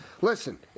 listen